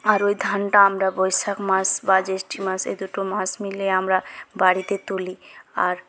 আর ওই ধানটা আমরা বৈশাখ মাস বা জ্যৈষ্ঠ মাস এই দুটো মিলে আমরা বাড়িতে তুলি আর